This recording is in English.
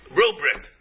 rubric